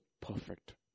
perfect